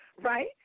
right